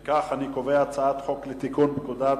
אם כך, אני קובע כי הצעת החוק לתיקון פקודת